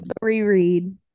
reread